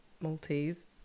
Maltese